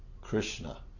Krishna